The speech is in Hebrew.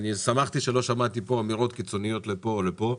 אני שמחתי שלא שמעתי פה אמירות קיצוניות לפה או לפה.